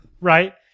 right